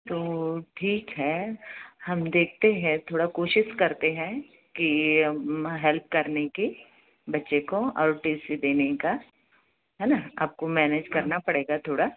तो ठीक है हम देखते हैं थोड़ा कोशिश करते हैं कि यह हेल्प करने की बच्चे को और टी सी देने का है न आपको मैनेज करना पड़ेगा थोड़ा